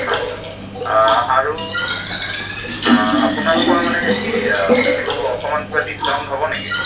হয় আৰু আপোনালোকৰ মানে কি এইটো অকণমান কিবা ডিচকাউণ্ট হ'ব নেকি